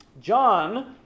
John